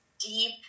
deep